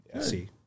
see